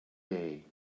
day